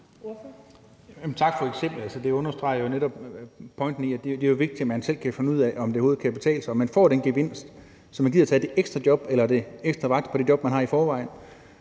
Tak for eksemplet. Det understreger jo netop pointen i, at det er vigtigt, at man selv kan finde ud af, om det overhovedet kan betale sig, altså om man får den gevinst, som gør, at man gider tage det ekstra job eller den ekstra vagt på det job, man har i forvejen.